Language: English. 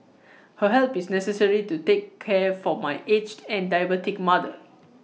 her help is necessary to take care for my aged and diabetic mother